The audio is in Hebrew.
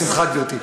בשמחה, גברתי.